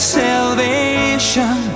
salvation